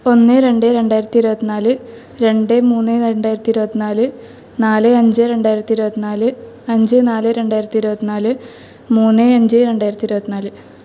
ഒന്ന് രണ്ട് രണ്ടായിരത്തി ഇരുപ്പത്തി നാല് രണ്ട് മൂന്ന് രണ്ടായിരത്തി ഇരുപ്പത്തി നാല് നാല് അഞ്ച് രണ്ടായിരത്തി ഇരുപ്പത്തി നാല് അഞ്ച് നാല് രണ്ടായിരത്തി ഇരുപ്പത്തി നാല് മൂന്ന് അഞ്ച് രണ്ടായിരത്തി ഇരുപ്പത്തി നാല്